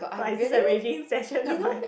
so is this a raging session about